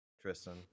Tristan